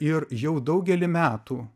ir jau daugelį metų